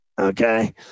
Okay